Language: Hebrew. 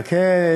חכה.